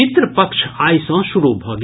पितृपक्ष आइ सँ शुरू भऽ गेल